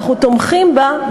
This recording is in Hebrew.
אנחנו תומכים בה,